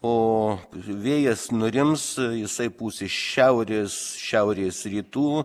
o vėjas nurims jisai pūs iš šiaurės šiaurės rytų